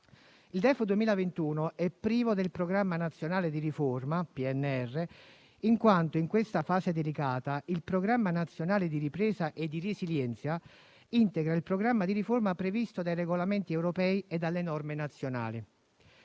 Il DEF 2021 è privo del Programma nazionale di riforma (PNR), in quanto in questa fase delicata il Piano nazionale di ripresa e di resilienza integra il programma di riforma previsto dai regolamenti europei e dalle norme nazionali.